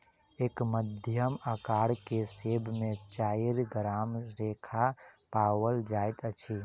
एक मध्यम अकार के सेब में चाइर ग्राम रेशा पाओल जाइत अछि